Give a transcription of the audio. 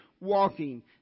walking